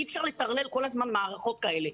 אי אפשר לטרלל כל הזמן מערכות כאלה,